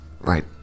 right